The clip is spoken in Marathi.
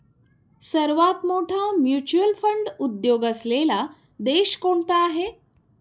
सर्वात मोठा म्युच्युअल फंड उद्योग असलेला देश कोणता आहे?